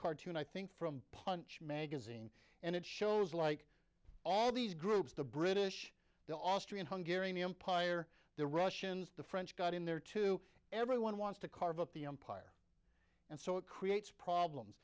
cartoon i think from punch magazine and it shows like all these groups the british the austrian hungering the empire the russians the french got in there too everyone wants to carve up the empire and so it creates problems